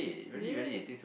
is it